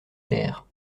terres